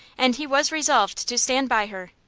and he was resolved to stand by her.